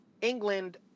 England